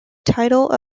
title